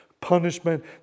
punishment